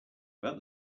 about